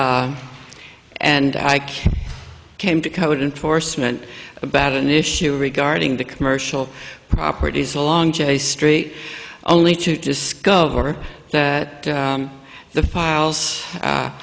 and i came to code enforcement about an issue regarding the commercial properties along j street only to discover that the files